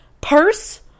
purse